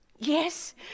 Yes